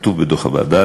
כתוב בדוח הוועדה,